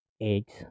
eggs